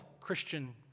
Christian